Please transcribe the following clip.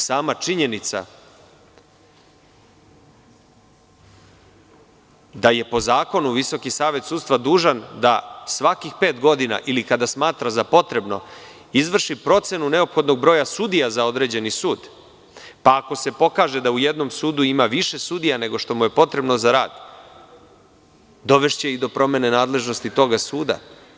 Sama činjenica da je po zakonu Visoki savet sudstva dužan da svakih pet godina ili kada smatra za potrebno izvrši procenu neophodnog broja sudija za određeni sud, pa ako se pokaže da u jednom sudu ima više sudija nego što mu je potrebno za rad, dovešće i do promene nadležnosti toga suda.